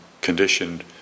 conditioned